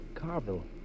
Carville